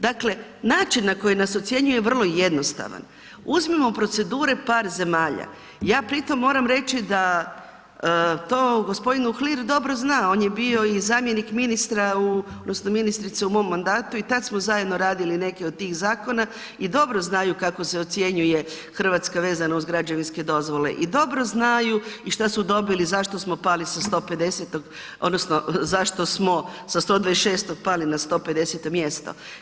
Dakle, način na koji nas ocjenjuje je vrlo jednostavan, uzmimo procedure par zemalja, ja pri tom moramo reći da to g. Uhlir dobro zna, on je bio i zamjenik ministra odnosno ministrice u mom mandatu i tad smo zajedno radili neke od tih zakona i dobro znaju kako se ocjenjuje Hrvatska vezano uz građevinske dozvole i dobro znaju i šta su dobili, zašto smo pali sa 150., odnosno zašto smo sa 126. pali na 150. mjesto.